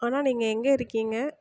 அண்ணா நீங்கள் எங்கே இருக்கீங்க